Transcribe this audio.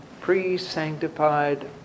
Pre-Sanctified